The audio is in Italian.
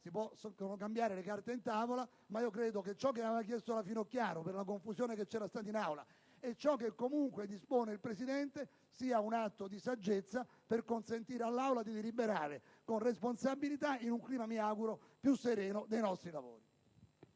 Si possono cambiare le carte in tavola, ma io credo che ciò che aveva chiesto la presidente Finocchiaro, per la confusione che c'era stata in Aula, e ciò che comunque dispone il Presidente sia un atto di saggezza per consentire all'Assemblea di deliberare con responsabilità e in un clima dei nostri lavori